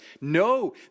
No